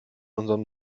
unserem